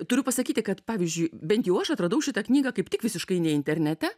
turiu pasakyti kad pavyzdžiui bent jau aš atradau šitą knygą kaip tik visiškai ne internete